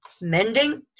mending